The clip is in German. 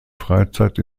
freizeit